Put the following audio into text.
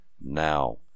now